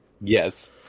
Yes